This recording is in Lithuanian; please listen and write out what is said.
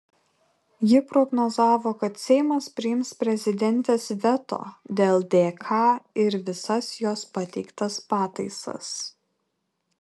ji prognozavo kad seimas priims prezidentės veto dėl dk ir visas jos pateiktas pataisas